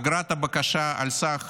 אגרת הבקשה על סך